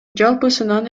жалпысынан